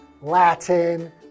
Latin